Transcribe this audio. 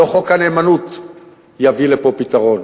לא חוק הנאמנות יביא לפה פתרון,